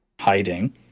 hiding